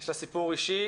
יש לה סיפור אישי,